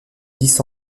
dix